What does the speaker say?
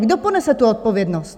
Kdo ponese tu odpovědnost?